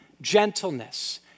gentleness